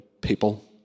people